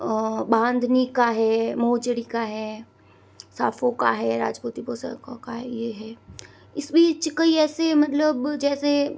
बांधनी का है मोजड़ी का है साफ़ो का है राजपूती पोशाकों का है ये है इसमें ये चिकेय ऐसे मतलब जैसे